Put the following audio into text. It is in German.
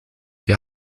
wir